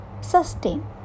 sustain